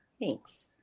thanks